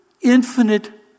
infinite